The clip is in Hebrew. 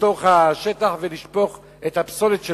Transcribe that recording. לתוך השטח ולשפוך את הפסולת שלהם.